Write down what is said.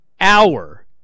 hour